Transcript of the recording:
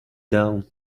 down